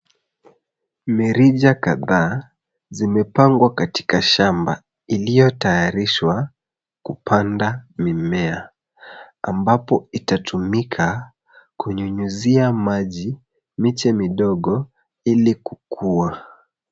Mirija kadhaa zimepangwa katika shamba iliyotayarishwa kupanda mimea, ambapo itatumika kunyunyizia maji miche midogo ili kukua.